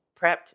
prepped